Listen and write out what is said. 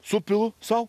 supilu sau